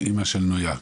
אמא של נויה.